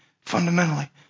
fundamentally